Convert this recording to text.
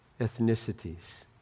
ethnicities